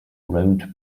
road